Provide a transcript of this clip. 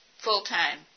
full-time